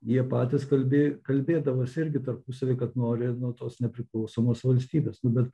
jie patys kalbė kalbėdavosi irgi tarpusavy kad nori nu tos nepriklausomos valstybės nu bet